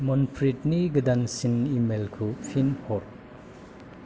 मनप्रिटनि गोदानसिन इमेइलखौ फिन हर